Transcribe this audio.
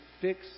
fix